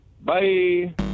Bye